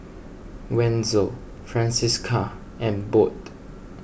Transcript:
Wenzel Francisca and Bode